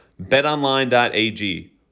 BetOnline.ag